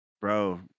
Bro